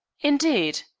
indeed.